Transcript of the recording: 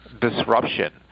disruption